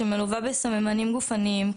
שמלווה בסממנים גופניים,